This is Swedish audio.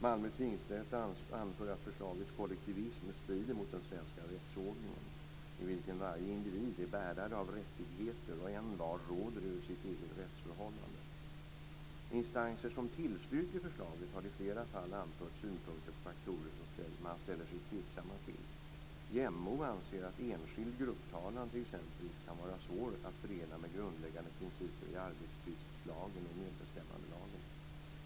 Malmö tingsrätt anför att förslagets kollektivism strider mot den svenska rättsordningen, i vilken varje individ är bärare av rättigheter och envar råder över sitt eget rättsförhållande. Instanser som tillstyrker förslaget har i flera fall anfört synpunkter på faktorer som man ställer sig tveksam till. JämO anser att enskild grupptalan t.ex. kan vara svår att förena med grundläggande principer i arbetstvistlagen och medbestämmandelagen.